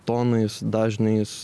tonais dažniais